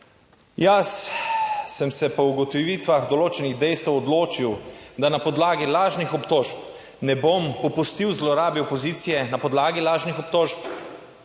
Jaz sem se po ugotovitvah določenih dejstev odločil, da na podlagi lažnih obtožb ne bom popustil zlorabi opozicije na podlagi lažnih obtožb.